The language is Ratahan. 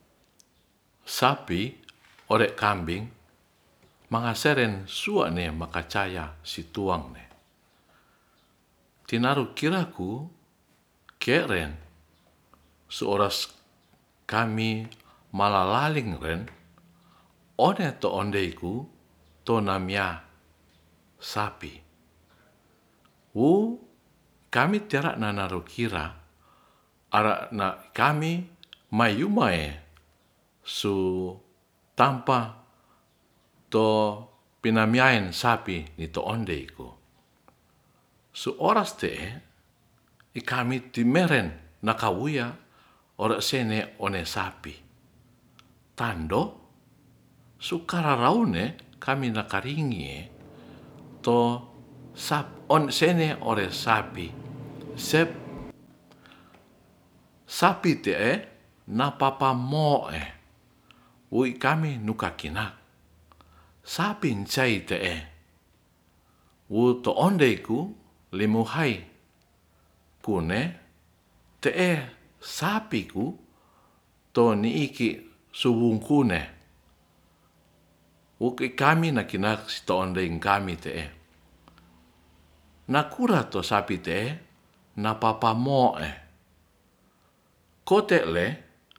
Sapi ore'kambing mangaseren sua'ne makacaya situangne tinarukiraku ke'ren suoras kami malaling one'toondeiku tona'miya sapi wu kami tera'nanarukira ara'na kami maumae su tampa to pinamiaen sapi tu ondeiku suoras te'e ikami tumeren nakawuya ore se'ne ore'sapi tando sukararaune kami nakaringie to' sah o'sengge ore sapi sep sapi te'e napapamo'e wi'kami nuka kena sapi saite'e wuto'ondeiku limuhai ku'ne te'e sapi ku toni'iki suwungkune wukikami nakinas stondeingkami te'e nakura sapi te'e napapa mo'e ko'tele